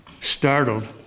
startled